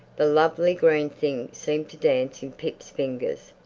the lovely green thing seemed to dance in pip's fingers.